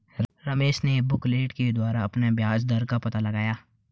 रमेश ने बुकलेट के द्वारा अपने ब्याज दर का पता लगाया